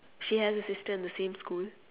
she has a sister in the same school